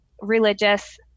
religious